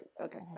okay